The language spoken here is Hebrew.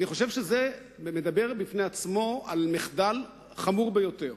אני חושב שזה מדבר בפני עצמו על מחדל חמור ביותר.